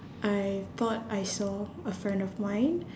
I thought I saw a friend of mine